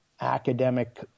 academic